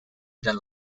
than